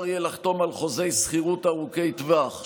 יהיה לחתום על חוזי שכירות ארוכי טווח,